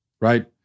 right